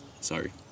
Sorry